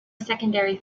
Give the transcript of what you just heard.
secondary